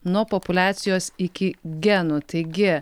nuo populiacijos iki genų taigi